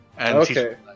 Okay